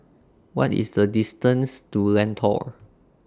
What IS The distance to Lentor